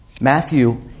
Matthew